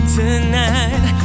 tonight